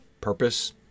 purpose